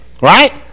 Right